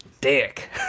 dick